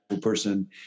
person